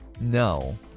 No